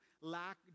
lack